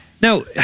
Now